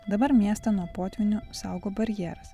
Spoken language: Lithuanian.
dabar miestą nuo potvynių saugo barjeras